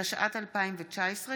התשע"ט 2019,